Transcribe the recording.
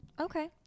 Okay